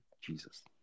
Jesus